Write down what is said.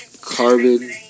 Carbon